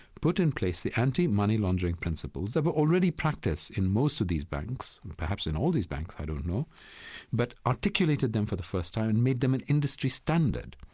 put in place the anti-money laundering principles that were already practiced in most of these banks perhaps in all these banks, i don't know but articulated them for the first time and made them an industry standard.